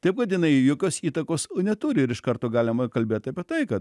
taip kad jinai jokios įtakos neturi ir iš karto galima kalbėt apie tai kad